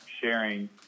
sharing